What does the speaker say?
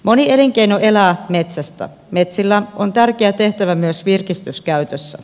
moni elinkeino elää metsästä ja metsillä on tärkeä tehtävä myös virkistyskäytössä